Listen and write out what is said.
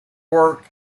work